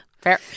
Fair